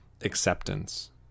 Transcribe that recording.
acceptance